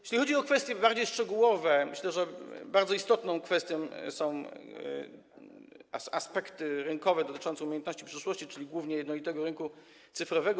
Jeśli chodzi o kwestie bardziej szczegółowe, myślę, że bardzo istotną kwestią są aspekty rynkowe dotyczące umiejętności przyszłości, czyli głównie jednolitego rynku cyfrowego.